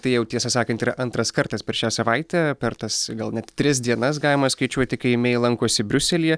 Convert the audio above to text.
tai jau tiesą sakant yra antras kartas per šią savaitę per tas gal net tris dienas galima skaičiuoti kai mei lankosi briuselyje